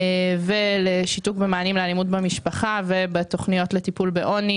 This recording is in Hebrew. ושיתוק במענים לאלימות במשפחה ובתוכניות לטיפול בעוני,